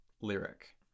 lyric